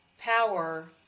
power